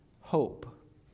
hope